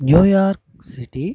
New York city